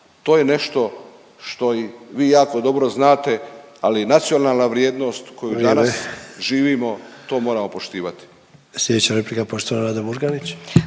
To je nešto što i vi jako dobro znate, ali nacionalna vrijednost koju danas … …/Upadica